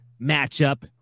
matchup